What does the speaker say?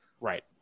right